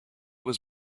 was